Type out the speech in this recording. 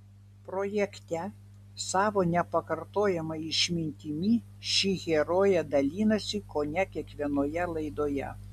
projekte savo nepakartojama išmintimi ši herojė dalinasi kone kiekvienoje laidoje